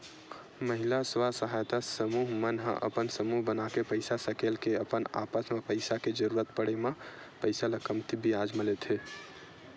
महिला स्व सहायता समूह मन ह अपन समूह बनाके पइसा सकेल के अपन आपस म पइसा के जरुरत पड़े म पइसा ल कमती बियाज म लेथे